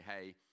hey